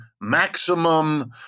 maximum